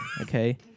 okay